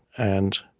and